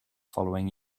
following